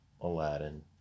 Aladdin